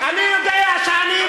אני יודע שאני,